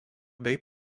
bei